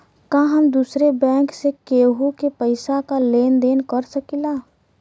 का हम दूसरे बैंक से केहू के पैसा क लेन देन कर सकिला?